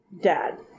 Dad